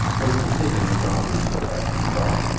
this decision was not reached without deep thought.